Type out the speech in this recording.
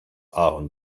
ahorn